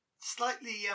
slightly